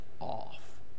off